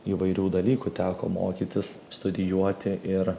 įvairių dalykų teko mokytis studijuoti ir